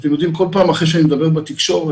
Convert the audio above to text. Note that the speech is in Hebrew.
כל פעם אחרי שאני מדבר בתקשורת